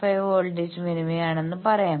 5 voltage മിനിമയാണെന്ന് പറയാം